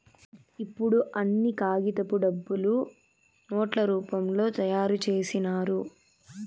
ఇప్పుడు అన్ని కాగితపు డబ్బులు నోట్ల రూపంలో తయారు చేసినారు